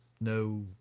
no